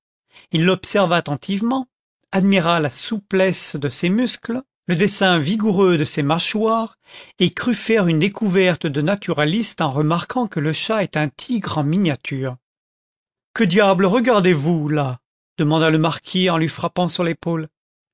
la souplesse de ses muscles le dessin vigoureux de ses mâchoires et crut faire une découverte de naturaliste en remarquant que le chat est un tigre en miniature content from google book search generated at ao gt regardez-vous là demanda le marquis en lui frappant sur l'épaule